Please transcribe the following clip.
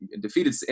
defeated